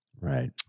Right